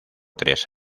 tres